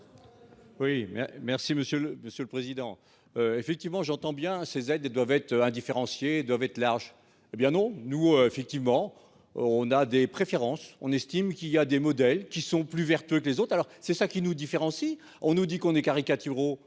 le monsieur le président. Effectivement j'entends bien ces aides doivent être indifférencié doivent être large, hé bien non, nous effectivement on a des préférences. On estime qu'il y a des modèles qui sont plus vertueux que les autres alors c'est ça qui nous différencie. On nous dit qu'on ait caricaturaux.